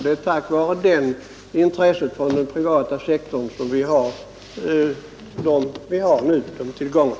Det är tack vare det privata intresset som vi nu har tillgång till dessa nyttigheter.